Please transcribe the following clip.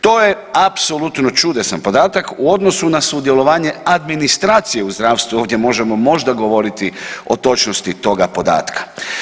To je apsolutno čudesan podatak u odnosu na sudjelovanje administracije u zdravstvu, ovdje možemo možda govoriti o točnosti toga podatka.